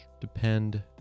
depend